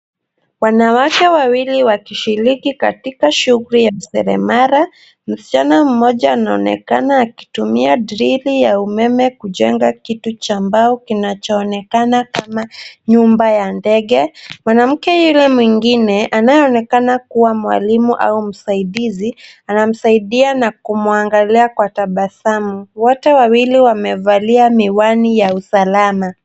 Wanawake wawili wakishiriki katika shughuli ya kiseremala. Msichana mmoja anaonekana akitumia drili ya umeme kujenga kitu cha mbao kinachoonekana kama nyumba ya ndege. Mwanamke yule mwingine anayeonekana kuwa mwalimu au msaidizi anamsaidia na kumuangalia kwa tabasamu. Wote wawili wamevalia miwani ya usalama.